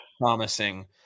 promising